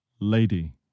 Lady